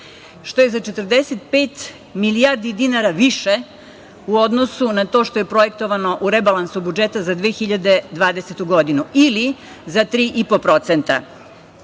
što je za 45 milijardi dinara više u odnosu na to što je projektovano u rebalansu budžeta za 2020. godinu, ili za